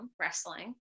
wrestling